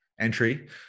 entry